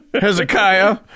Hezekiah